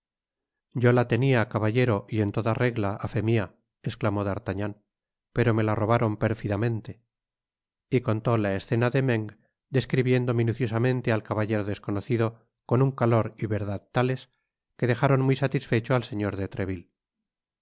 yo la tenia caballero y en toda regla á fe mia esclamó d'artagnan pero me la robaron pérfidamente y contó la escena de meung describiendo minuciosamente al caballero desconocido con un calor y verdad tales que dejaron muy satisfecho al señor de treville